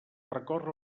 recórrer